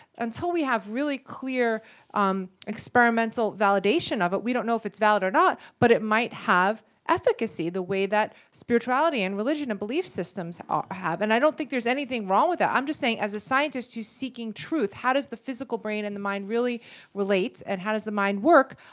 until we have really clear um experimental validation of it, we don't know if it's valid or not, but it might have efficacy the way that spirituality and religion and belief systems um have. and i don't think there's anything wrong with that. i'm just saying as a scientist who's seeking truth, how does the physical brain and the mind really relate and how does the mind work,